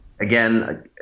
again